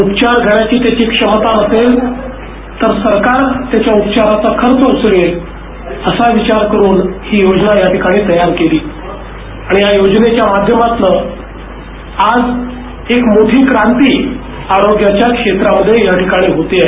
उपचार घेण्याची त्याची क्षमता नसेल तर सरकार त्याच्या उपचाराचा खर्च उचलेल असा विचार करून ही योजना या ठिकाणी तयार केली आणि या योजनेच्या माध्यमातनं आज एक मोठी क्रांती आरोग्याच्या क्षेत्रामध्ये याठिकाणी होते आहे